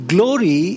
Glory